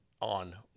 on